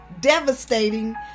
devastating